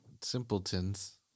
simpletons